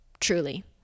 truly